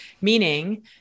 meaning